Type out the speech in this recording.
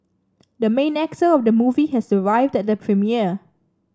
the main actor of the movie has arrived at the premiere